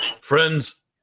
Friends